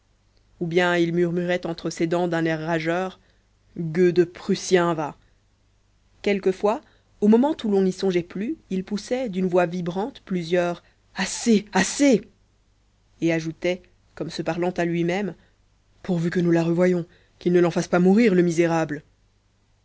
ou bien il murmurait entre ses dents d'un air rageur gueux de prussien va quelquefois au moment où l'on n'y songeait plus il poussait d'une voix vibrante plusieurs assez assez et ajoutait comme se parlant à lui-même pourvu que nous la revoyions qu'il ne l'en fasse pas mourir le misérable